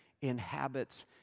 inhabits